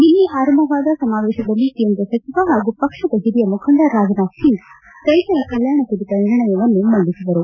ನಿನ್ನೆ ಆರಂಭವಾದ ಸಮಾವೇಶದಲ್ಲಿ ಕೇಂದ್ರ ಸಚಿವ ಹಾಗೂ ಪಕ್ಷದ ಹಿರಿಯ ಮುಖಂಡ ರಾಜನಾಥ್ ಸಿಂಗ್ ರೈತರ ಕಲ್ಯಾಣ ಕುರಿತ ನಿರ್ಣಯವನ್ನು ಮಂಡಿಸಿದರು